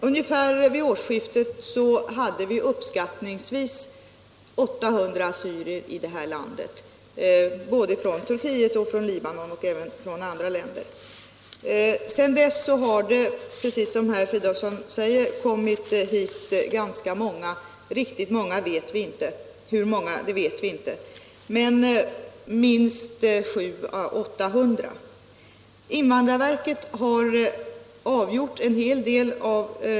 Ungefär vid årsskiftet 1974-1975 hade vi uppskattningsvis 800 assyrier i vårt land, från både Turiket och Libanon och även från andra länder. Sedan dess har det, precis som herr Fridolfsson säger, kommit hit ganska många ssyrier — riktigt hur många vet vi inte, men troligen minst 700-800.